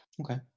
Okay